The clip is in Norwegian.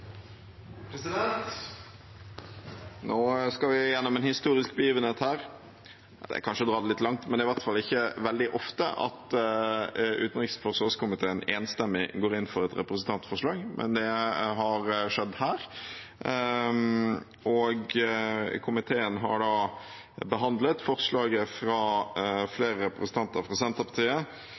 minutter. Nå skal vi gjennom en historisk begivenhet her. Det er kanskje å dra det litt langt, men det er i hvert fall ikke veldig ofte at utenriks- og forsvarskomiteen enstemmig går inn for et representantforslag, men det har skjedd her. Komiteen har behandlet forslaget fra flere representanter fra Senterpartiet